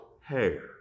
hair